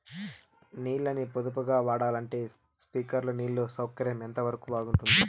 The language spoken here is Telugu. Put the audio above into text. నీళ్ళ ని పొదుపుగా వాడాలంటే స్ప్రింక్లర్లు నీళ్లు సౌకర్యం ఎంతవరకు బాగుంటుంది?